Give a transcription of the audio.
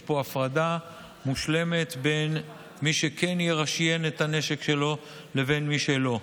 יש פה הפרדה מושלמת בין מי שכן ירשיין את הנשק שלו לבין מי שלא.